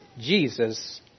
Jesus